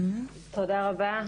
תודה רבה.